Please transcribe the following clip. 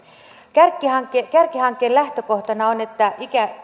kärkihankkeen kärkihankkeen lähtökohtana on että